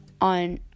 on